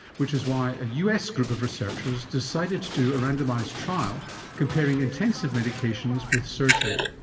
which is why a us group of researchers decided to do a randomised trial comparing intensive medications with surgery.